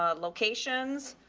ah locations.